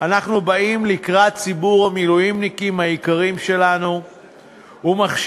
אנחנו באים לקראת ציבור המילואימניקים היקרים שלנו ומחשיבים